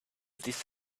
this